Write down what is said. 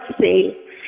see